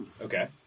Okay